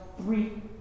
three